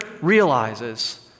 realizes